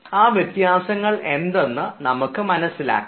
ആ വ്യത്യാസങ്ങൾ എന്തെന്ന് നമുക്ക് മനസ്സിലാക്കാം